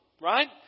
right